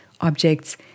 objects